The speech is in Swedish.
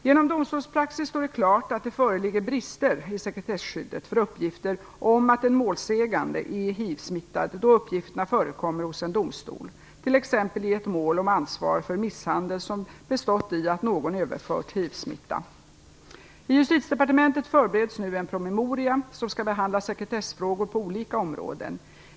Genom domstolspraxis står det klart att det föreligger brister i sekretesskyddet för uppgifter om att en målsägande är hivsmittad då uppgifterna förekommer hos en domstol, t.ex. i ett mål om ansvar för misshandel som bestått i att någon överfört hivsmitta. I Justitiedepartementet förbereds nu en promemoria som skall behandla sekretessfrågor på olika områden.